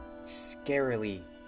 scarily